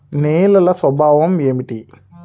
నేలల స్వభావం ఏమిటీ?